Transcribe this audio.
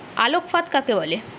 আলোক ফাঁদ কাকে বলে?